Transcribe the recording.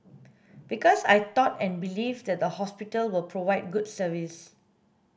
because I thought and believe that the hospital will provide good service